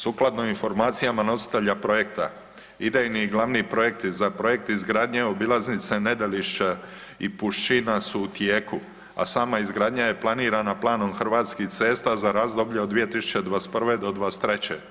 Sukladno informacijama nositelja projekta idejni i glavni projekti za projekt izgradnje obilaznice Nedelišće i Pušćina su u tijeku, a sama izgradnja je planirana planom Hrvatskih cesta za razdoblje od 2021. do '23.